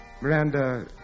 Miranda